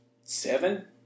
seven